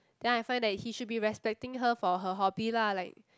then I find that he should be respecting her for her hobby lah like